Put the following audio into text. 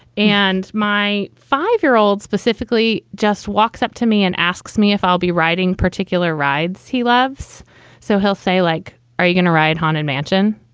and my five year old specifically just walks up to me and asks me if i'll be riding particular rides he loves so he'll say, like, are you going to ride? haunted mansion?